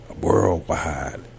worldwide